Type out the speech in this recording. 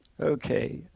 Okay